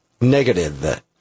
negative